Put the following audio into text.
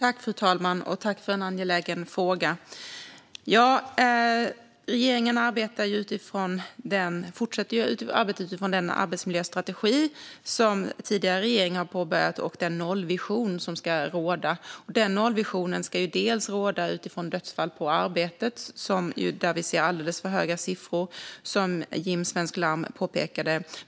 Fru talman! Tack, ledamoten, för en angelägen fråga! Regeringen fortsätter arbetet utifrån den arbetsmiljöstrategi som den tidigare regeringen påbörjat och den nollvision som ska råda. Den nollvisionen ska råda för dödsfall på arbetet, där vi som Jim Svensk Larm påpekade ser alldeles för höga siffror.